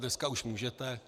Dneska už můžete...